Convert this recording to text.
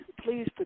Please